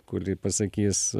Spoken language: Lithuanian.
kuri pasakys